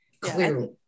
clearly